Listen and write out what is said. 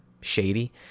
shady